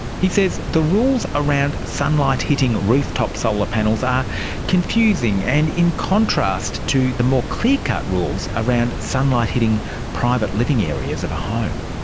he says the rules around sunlight hitting roof-top solar panels are confusing and in contrast to the more clear-cut rules around sunlight hitting private living areas of a home.